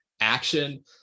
action